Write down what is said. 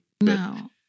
No